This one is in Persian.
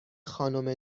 خانم